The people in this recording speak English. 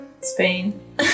Spain